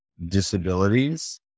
disabilities